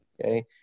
Okay